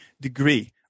degree